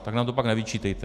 Tak nám to pak nevyčítejte.